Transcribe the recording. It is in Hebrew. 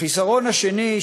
החיסרון השני,